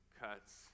cuts